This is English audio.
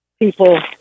People